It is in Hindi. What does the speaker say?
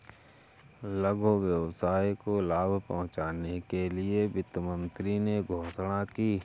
लघु व्यवसाय को लाभ पहुँचने के लिए वित्त मंत्री ने घोषणा की